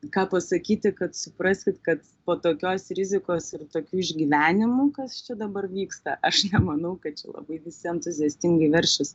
ką pasakyti kad supraskit kad po tokios rizikos ir tokių išgyvenimų kas čia dabar vyksta aš nemanau kad čia labai visi entuziastingai veršis